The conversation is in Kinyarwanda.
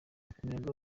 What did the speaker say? umuyaga